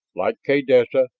like kaydessa,